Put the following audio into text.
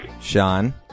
Sean